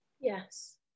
yes